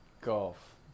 golf